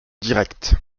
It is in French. directe